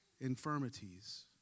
infirmities